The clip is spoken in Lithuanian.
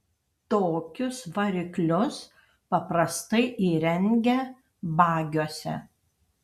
tokius variklius paprastai įrengia bagiuose